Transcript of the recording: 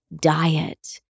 diet